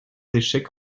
échecs